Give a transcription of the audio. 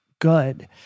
good